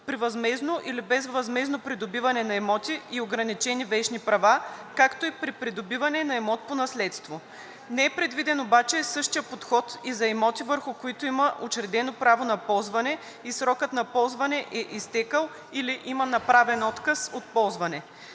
при възмездно или безвъзмездно придобиване на имоти и ограничени вещни права, както и при придобиване на имот по наследство. Не е предвиден обаче същият подход и за имоти, върху които има учредено право на ползване и срокът на ползване е изтекъл или има направен отказ от ползване.